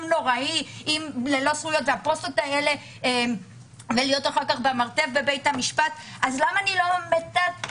נוראי ללא זכויות ולהיות אחר כך במרתף בבית המשפט למה אני לא מתקנת